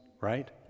Right